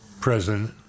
president